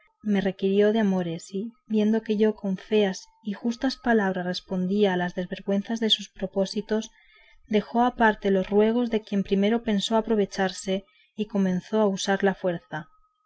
me requirió de amores y viendo que yo con feas y justas palabras respondía a las desvergüenzas de sus propósitos dejó aparte los ruegos de quien primero pensó aprovecharse y comenzó a usar de la fuerza